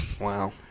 Wow